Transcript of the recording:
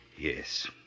Yes